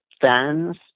fans